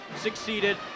succeeded